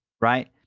right